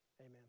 Amen